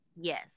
Yes